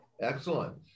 Excellent